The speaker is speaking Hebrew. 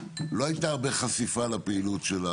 לא הייתה הרבה חשיפה לפעילות של החברה.